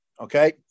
Okay